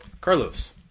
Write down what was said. Carlos